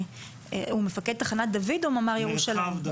בסדר.